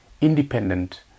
independent